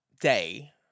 day